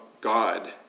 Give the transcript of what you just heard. God